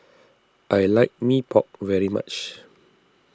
I like Mee Pok very much